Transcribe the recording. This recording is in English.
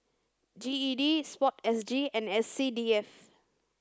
G E D sport S G and S C D F